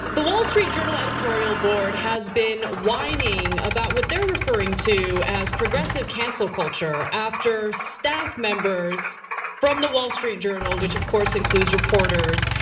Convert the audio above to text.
the wall street journal editorial board has been whining about what they're referring to as progressive cancel culture after staff members from the wall street journal which of course, includes reporters.